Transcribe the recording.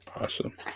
Awesome